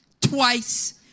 twice